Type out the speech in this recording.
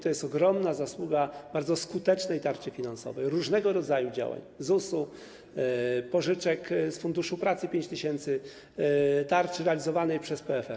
To jest ogromna zasługa bardzo skutecznej tarczy finansowej, różnego rodzaju działań: ZUS-u, pożyczek z Funduszu Pracy - 5 tys., tarczy realizowanej przez PFR.